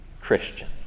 Christian